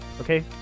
Okay